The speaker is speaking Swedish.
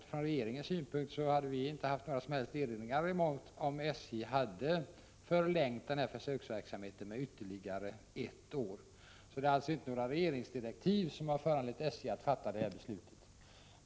Utifrån regeringens synpunkt hade vi inte haft några som helst erinringar om SJ hade förlängt försöksverksamheten med ytterligare ett år. Det är alltså inte några regeringsdirektiv som har föranlett SJ att fatta detta beslut.